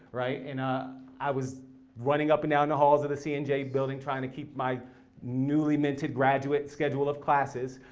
right? and ah i was running up and down the halls of the cnj building, trying to keep my newly minted graduate schedule of classes.